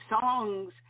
songs